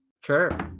Sure